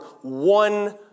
one